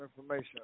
information